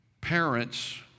Parents